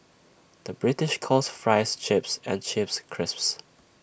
the British calls Fries Chips and Chips Crisps